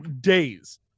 days